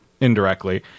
indirectly